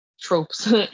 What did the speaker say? tropes